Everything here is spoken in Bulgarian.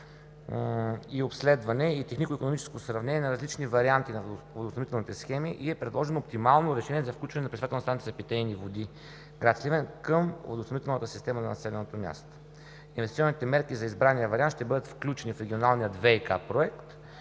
и обследване, и технико-икономическо сравнение на различни варианти на водоснабдителни схеми и е предложено оптимално решение за включване на пречиствателна станция за питейни води – град Сливен, към водоснабдителната система на населеното място. Инвестиционните мерки за избрания вариант ще бъдат включени в регионалния ВиК проект,